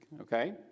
Okay